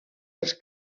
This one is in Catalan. els